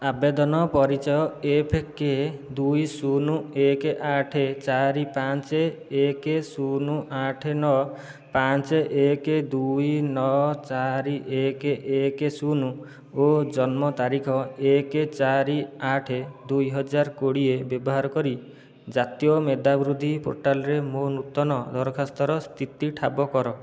ଆବେଦନ ପରିଚୟ F K ଦୁଇ ଶୂନ ଏକ ଆଠ ଚାରି ପାଞ୍ଚ ଏକ ଶୂନ ଆଠ ନଅ ପାଞ୍ଚ ଏକ ଦୁଇ ନଅ ଚାରି ଏକ ଏକ ଶୂନ ଓ ଜନ୍ମତାରିଖ ଏକ ଚାରି ଆଠ ଦୁଇହଜାର କୋଡ଼ିଏ ବ୍ୟବହାର କରି ଜାତୀୟ ମେଧାବୃତ୍ତି ପୋର୍ଟାଲରେ ମୋ ନୂତନ ଦରଖାସ୍ତର ସ୍ଥିତି ଠାବ କର